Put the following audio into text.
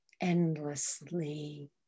endlessly